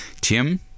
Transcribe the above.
Tim